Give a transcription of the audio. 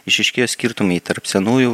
išryškėjo skirtumai tarp senųjų